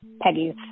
Peggy's